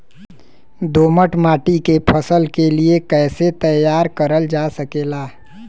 दोमट माटी के फसल के लिए कैसे तैयार करल जा सकेला?